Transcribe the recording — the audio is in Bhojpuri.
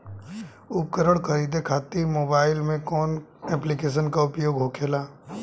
उपकरण खरीदे खाते मोबाइल में कौन ऐप्लिकेशन का उपयोग होखेला?